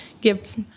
give